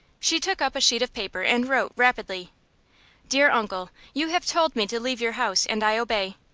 she took up a sheet of paper, and wrote, rapidly dear uncle you have told me to leave your house, and i obey.